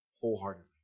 wholeheartedly